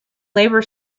labour